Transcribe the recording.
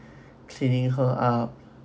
cleaning her up